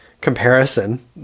comparison